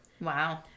Wow